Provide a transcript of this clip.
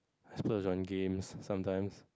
I splurge on games sometimes